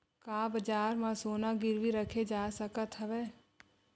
का बजार म सोना गिरवी रखे जा सकत हवय?